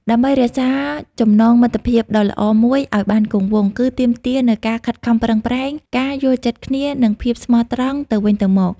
ដើម្បីរក្សាចំណងមិត្តភាពដ៏ល្អមួយឱ្យបានគង់វង្ស គឺទាមទារនូវការខិតខំប្រឹងប្រែង ការយល់ចិត្តគ្នា និងភាពស្មោះត្រង់ទៅវិញទៅមក។